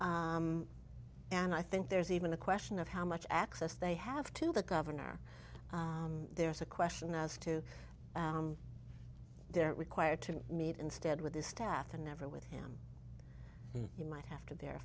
did and i think there's even a question of how much access they have to the governor there's a question as to they're required to meet instead with his staff and never with him you might have to